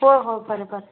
ꯍꯣꯏ ꯍꯣꯏ ꯐꯔꯦ ꯐꯔꯦ